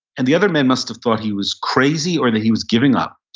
and the other men must have thought he was crazy or that he was giving up.